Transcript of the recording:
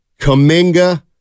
Kaminga